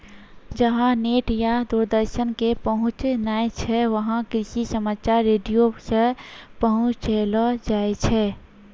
जहां नेट या दूरदर्शन के पहुंच नाय छै वहां कृषि समाचार रेडियो सॅ पहुंचैलो जाय छै